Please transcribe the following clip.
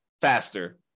faster